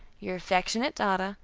your affectionate daughter,